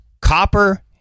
copper